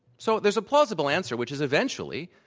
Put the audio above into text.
so there's a plausible answer, which is, eventually,